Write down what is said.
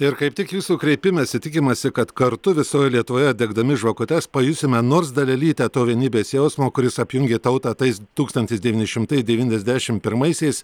ir kaip tik jūsų kreipimesi tikimasi kad kartu visoje lietuvoje degdami žvakutes pajusime nors dalelytę to vienybės jausmo kuris apjungia tautą tais tūkstantis devyni šimtai devyniasdešim pirmaisiais